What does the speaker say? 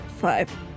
five